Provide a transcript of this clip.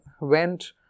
went